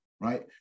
right